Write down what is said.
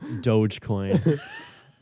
Dogecoin